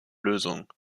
lösung